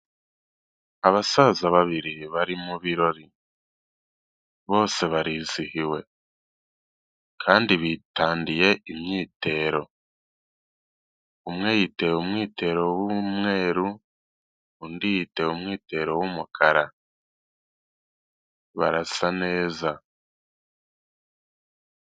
Abasaza babiri bari mu birori, bose barizihiwe kandi bitandiye imyitero, umwe yiteye umwitero w'umweru, undi yiteye umwitero w'umukara barasa neza.